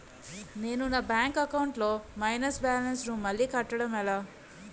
నేను నా bank account లొ మైనస్ బాలన్స్ ను మళ్ళీ కట్టడం ఎలా?